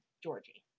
Georgie